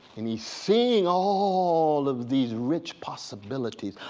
and he's seeing all of these rich possibilities,